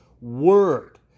word